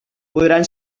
podran